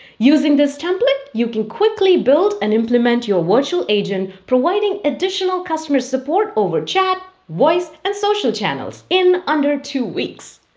using this template, you can quickly build and implement your virtual agent, providing additional customer support over chat, voice, and social channels in under two weeks.